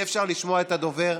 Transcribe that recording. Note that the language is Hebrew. אי-אפשר לשמוע את הדובר.